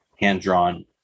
hand-drawn